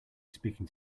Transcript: speaking